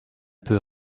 peut